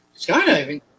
skydiving